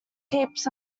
keeps